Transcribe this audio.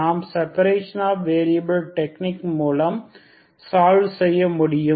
நாம் separation of variable technique மூலம் solve செய்ய முடியும்